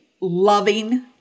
loving